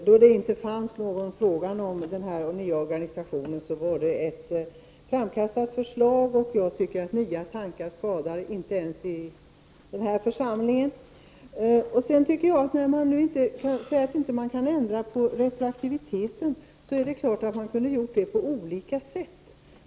Herr talman! Då det inte var fråga om en nyorganisation var detta bara ett framkastat förslag. Jag tycker att nya tankar inte skadar ens i den här församlingen. När det sägs att man inte kan ändra på retroaktiviteten vill jag säga att man naturligtvis kunde ha gjort det på olika sätt.